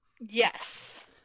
yes